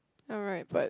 alright but